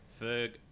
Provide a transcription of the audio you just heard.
Ferg